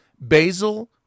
Basil